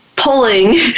pulling